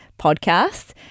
podcast